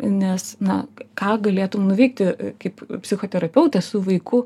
nes na ką galėtum nuveikti kaip psichoterapeutė su vaiku